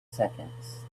seconds